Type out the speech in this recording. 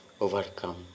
overcome